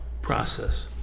process